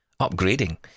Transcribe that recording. upgrading